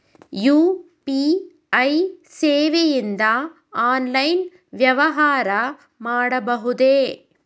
UPI ಸೇವೆಯಿಂದ online ವ್ಯವಹಾರ ಮಾಡಬಹುದೇ?